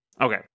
okay